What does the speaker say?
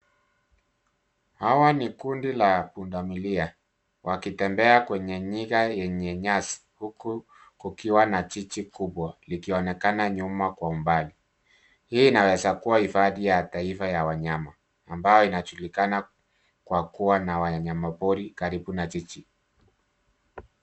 Hawa ni kundi la pundamilia, wakitembea kwenye nyika yenye nyasi ,huku kukiwa na jiji kubwa likionekana nyuma kwa umbali. Hii inaweza kuwa hifadhi ya taifa ya wanyama, ambayo inajulikana kwa kuwa na wanyama pori karibu na jiji.